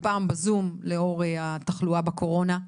הפעם בזום לאור התחלואה של הקורונה,